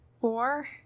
four